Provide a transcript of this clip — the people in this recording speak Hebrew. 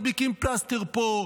מדביקים פלסטר פה,